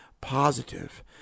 positive